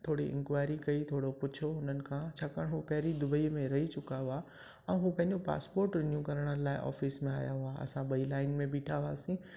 थोरी इंक्वायरी कई थोरो पुछयो हुनखां छाकणि त हू पहिरीं दुबई में रही चुका हुआ ऐं हू पंहिंज़ो पासपोर्ट रिन्यू करण लाइ ऑफ़िस में आया हुआ असां ॿई लाइन में बीठा हुआसीं